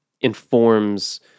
informs